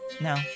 No